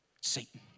Satan